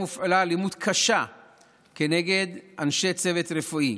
הופעלה אלימות קשה כנגד אנשי צוות רפואי.